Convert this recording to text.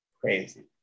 crazy